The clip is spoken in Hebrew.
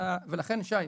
לכן, שי,